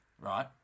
Right